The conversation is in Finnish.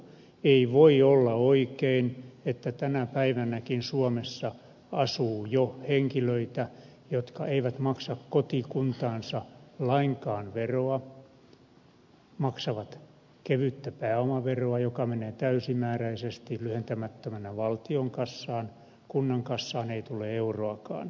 ei voi olla oikein että tänä päivänäkin suomessa asuu jo henkilöitä jotka eivät maksa kotikuntaansa lainkaan veroa maksavat kevyttä pääomaveroa joka menee täysimääräisesti lyhentämättömänä valtion kassaan kunnan kassaan ei tule euroakaan